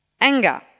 Anger